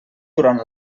durant